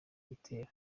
gitero